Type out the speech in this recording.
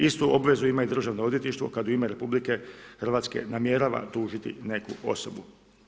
Istu obvezu ima i državno odvjetništvo kad u ime RH namjerava tužiti neku osobu.